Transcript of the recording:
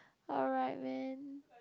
alright man